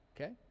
okay